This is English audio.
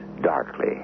darkly